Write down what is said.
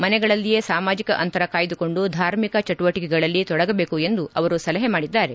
ಮನೆಗಳಲ್ಲಿಯೇ ಸಾಮಾಜಿಕ ಅಂತರ ಕಾಯ್ದುಕೊಂಡು ಧಾರ್ಮಿಕ ಜೆಬುವಟಿಕೆಗಳಲ್ಲಿ ತೊಡಗಬೇಕು ಎಂದು ಅವರು ಸಲಹೆ ಮಾಡಿದ್ದಾರೆ